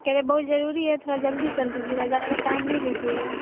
کہہ رہے بہت ضروری ہے تھوڑا جلدی کر دیجیے گا زیادہ ٹائم نہیں لیجیے گا